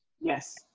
Yes